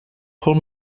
pull